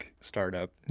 startup